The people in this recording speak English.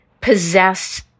possess